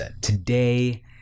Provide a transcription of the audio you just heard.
Today